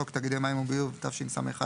חוק תאגידי מים וביוב, התשס"א-2001,